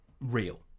real